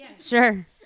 sure